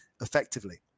effectively